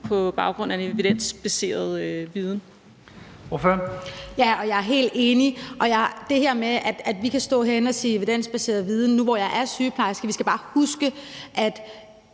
på baggrund af en evidensbaseret viden.